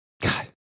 God